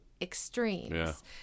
extremes